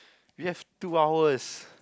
we have two hours